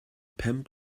pen